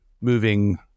moving